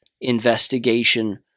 investigation